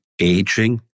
aging